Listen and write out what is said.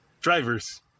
Drivers